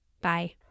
Bye